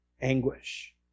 anguish